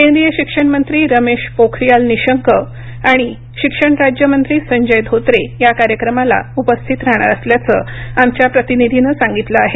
केंद्रीय शिक्षण मंत्री रमेश पोखरियाल निशंक आणि महाराष्ट्राचे शिक्षण राज्यमंत्री संजय धोत्रे या कार्यक्रमाला उपस्थित राहणार असल्याचं आमच्या प्रतिनिधीनं सांगितलं आहे